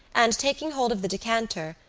and, taking hold of the decanter,